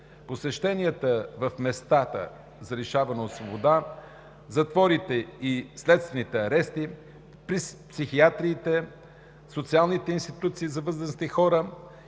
посещенията в местата за лишаване от свобода – затворите и следствените арести, психиатриите, социалните институции за възрастни хора